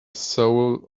soul